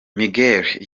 miguel